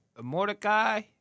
Mordecai